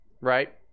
right